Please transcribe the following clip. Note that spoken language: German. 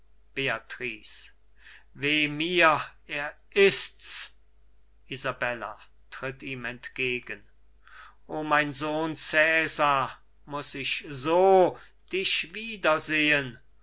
weh mir er ist's isabella tritt ihm entgegen o mein sohn cesar muß ich so dich